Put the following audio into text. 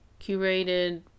curated